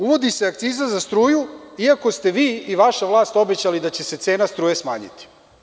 Uvodi se akciza za struju iako ste vi i vaša vlast obećali da će se cena struje smanjiti.